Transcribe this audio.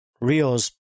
Rio's